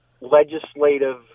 legislative